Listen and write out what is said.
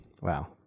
Wow